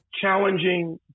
challenging